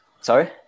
Sorry